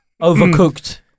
Overcooked